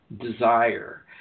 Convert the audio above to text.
desire